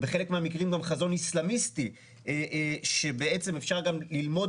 בחלק מהמקרים גם חזון איסלמיסטי שבעצם אפשר גם ללמוד